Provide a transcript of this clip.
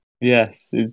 Yes